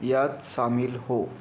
यात सामील हो